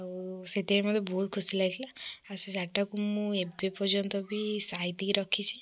ଆଉ ସେଇଥିପାଇଁ ମୋତେ ବହୁତ ଖୁସି ଲାଗିଥିଲା ଆଉ ସେ ଶାଢ଼ୀଟା କୁ ମୁଁ ଏବେ ପର୍ଯ୍ୟନ୍ତ ବି ସାଇତିକି ରଖିଛି